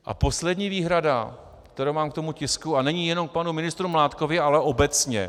A poslední výhrada, kterou mám k tomu tisku, a není jenom k panu ministru Mládkovi, ale obecně.